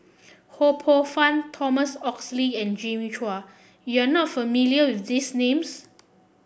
Ho Poh Fun Thomas Oxley and Jimmy Chua you are not familiar with these names